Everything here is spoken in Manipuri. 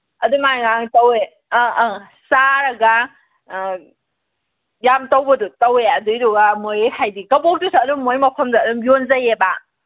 ꯑꯗꯨꯃꯥꯏꯅ ꯉꯥꯡ ꯇꯧꯋꯦ ꯑꯥ ꯑꯥ ꯆꯥꯔꯒ ꯑꯥ ꯌꯥꯝ ꯇꯧꯕꯗꯨ ꯇꯧꯋꯦ ꯑꯗꯨꯏꯗꯨꯒ ꯃꯣꯏ ꯍꯥꯏꯗꯤ ꯀꯕꯣꯛꯇꯨꯁꯨ ꯑꯗꯨꯝ ꯃꯣꯏ ꯃꯐꯝꯗꯨꯗ ꯑꯗꯨꯝ ꯌꯣꯟꯖꯩꯌꯦꯕ